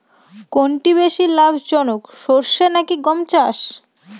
কোনটি বেশি লাভজনক সরষে নাকি গম চাষ?